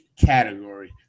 Category